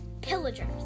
Pillagers